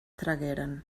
tragueren